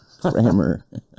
Grammar